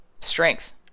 strength